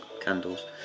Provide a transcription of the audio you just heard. candles